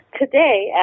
Today